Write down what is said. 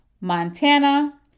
Montana